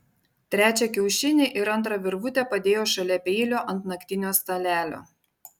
trečią kiaušinį ir antrą virvutę padėjo šalia peilio ant naktinio stalelio